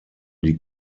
die